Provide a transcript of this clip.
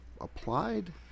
applied